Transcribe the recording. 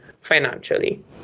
financially